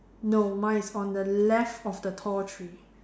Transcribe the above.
no mine is on the left of the tall tree